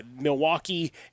Milwaukee